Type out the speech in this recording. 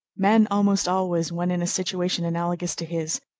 men almost always, when in a situation analogous to his,